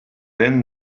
then